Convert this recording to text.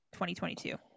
2022